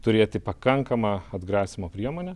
turėti pakankamą atgrasymo priemonę